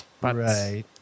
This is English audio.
Right